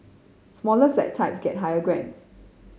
smaller flat types get higher grants